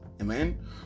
Amen